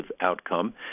outcome